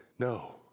no